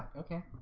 okay?